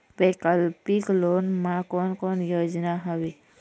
वैकल्पिक लोन मा कोन कोन योजना हवए?